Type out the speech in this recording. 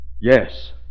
Yes